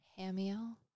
Hamiel